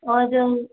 और